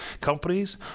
companies